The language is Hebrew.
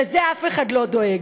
לזה אף אחד לא דואג.